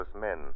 men